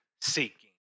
seeking